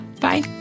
bye